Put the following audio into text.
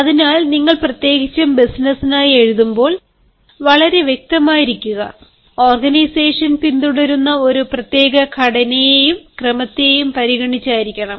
അതിനാൽ നിങ്ങൾ പ്രത്യേകിച്ചും ബിസിനസ്സിനായി എഴുതുമ്പോൾ വളരെ വ്യക്തമായിരിക്കുക ഓർഗനൈസേഷൻ പിന്തുടരുന്ന ഒരു പ്രത്യേക ഘടനയെയും ക്രമത്തെയും പരിഗണിച്ചായിരിക്കണം